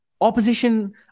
Opposition